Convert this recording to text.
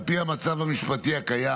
על פי המצב המשפטי הקיים,